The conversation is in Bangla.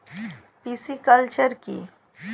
পিসিকালচার কি?